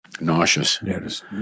nauseous